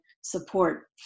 support